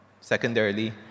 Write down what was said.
secondarily